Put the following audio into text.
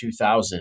2000